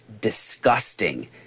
disgusting